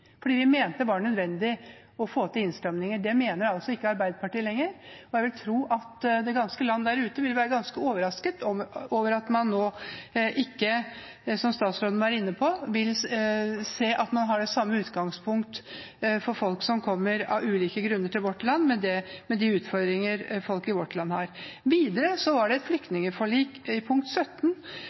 fordi vi mente det var nødvendig å få til innstramminger. Det mener ikke Arbeiderpartiet lenger, og jeg vil tro at folk over det ganske land vil være overrasket over at man ikke, som statsråden var inne på, vil se at man skal ha det samme utgangspunkt, både folk som av ulike grunner kommer til vårt land, og folk i vårt land, med de utfordringene de har. Videre, i punkt 17